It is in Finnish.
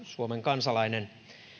suomen kansalainen